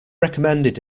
recommended